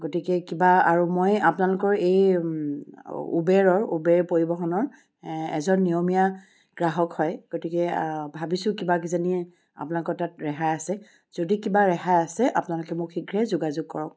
গতিকে কিবা আৰু মই আপোনালোকৰ এই ওবেৰৰ ওবেৰ পৰিবহণৰ এজন নিয়মীয়া গ্ৰাহক হয় গতিকে ভাবিছোঁ কিবা কিজানি আপোনালোকৰ তাত ৰেহাই আছে যদি কিবা ৰেহাই আছে আপোনালোকে মোক শীঘ্ৰেই যোগাযোগ কৰক